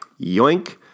Yoink